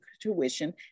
tuition